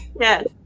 Yes